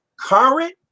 current